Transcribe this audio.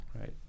right